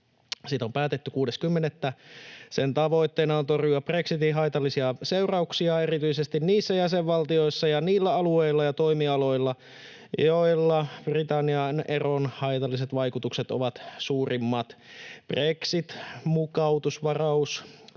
on päätetty 6.10. Sen tavoitteena on torjua brexitin haitallisia seurauksia erityisesti niissä jäsenvaltioissa ja niillä alueilla ja toimialoilla, joilla Britannian eron haitalliset vaikutukset ovat suurimmat. Brexit-mukautusvaraus